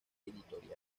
editorial